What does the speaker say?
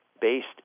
based